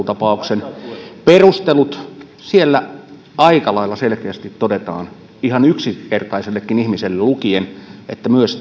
tapauksen perustelut ja siellä aika lailla selkeästi todetaan ihan yksinkertaisellekin ihmiselle lukien että myös